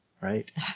right